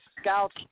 scouts